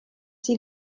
sie